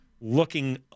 looking